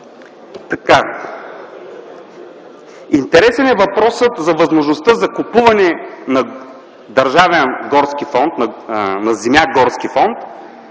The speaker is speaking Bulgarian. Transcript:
Интересен е въпросът за възможността за купуване на земя държавен